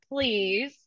please